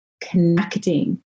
connecting